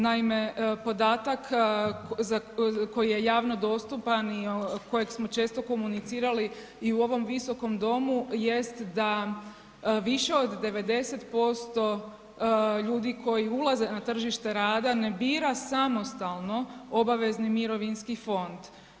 Naime, podatak za koji je javno dostupan i kojeg smo često komunicirali i u ovom Visokom domu jest da više od 90% ljudi koji ulaze na tržište rada ne bira samostalno obavezni mirovinski fond.